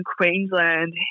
Queensland